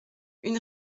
une